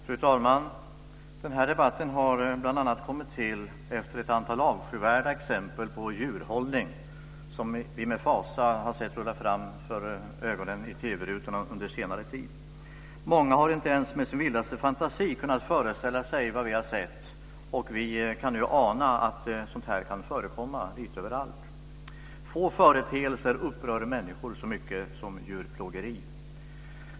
Fru talman! Den här debatten har bl.a. kommit till efter ett antal avskyvärda exempel på djurhållning, som vi med fasa har sett rulla fram i TV-rutorna under senare tid. Många har inte ens i sin vildaste fantasi kunnat föreställa sig vad vi har sett. Vi kan nu ana att sådant här kan förekomma lite överallt. Få företeelser upprör människor så mycket som djurplågeri.